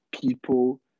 people